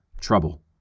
trouble